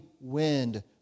wind